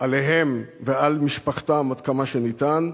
עליהם ועל משפחתם עד כמה שניתן,